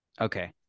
okay